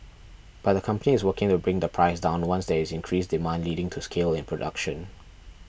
but the company is working to bring the price down once there is increased demand leading to scale in production